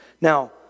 Now